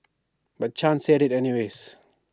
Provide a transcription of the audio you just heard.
but chan said IT anyways